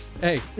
hey